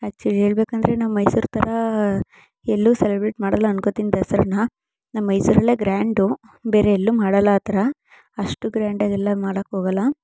actually ಹೇಳ್ಬೇಕಂದ್ರೆ ನಮ್ಮ ಮೈಸೂರು ಥರ ಎಲ್ಲೂ ಸೆಲೆಬ್ರೇಟ್ ಮಾಡೋಲ್ಲ ಅಂದ್ಕೊಳ್ತೀನಿ ದಸರಾನ ನಮ್ಮ ಮೈಸೂರಲ್ಲೇ ಗ್ರ್ಯಾಂಡು ಬೇರೆ ಎಲ್ಲೂ ಮಾಡೋಲ್ಲ ಆ ಥರ ಅಷ್ಟು ಗ್ರ್ಯಾಂಡಾಗೆಲ್ಲ ಮಾಡೋಕ್ಕೆ ಹೋಗೊಲ್ಲ